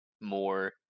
more